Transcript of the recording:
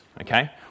okay